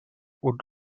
und